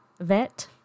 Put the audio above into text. vet